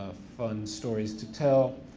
ah fun stories to tell.